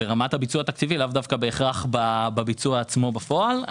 ברמת הביצוע התקציבי ולאו דווקא בהכרח בביצוע עצמו בפועל.